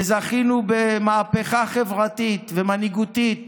וזכינו במהפכה חברתית ומנהיגותית